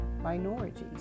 minorities